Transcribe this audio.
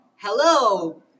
Hello